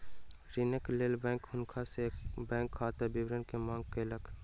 ऋणक लेल बैंक हुनका सॅ बैंक खाता विवरण के मांग केलक